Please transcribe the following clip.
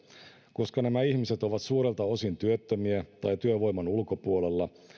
koska nämä ihmiset ovat suurelta osin työttömiä tai työvoiman ulkopuolella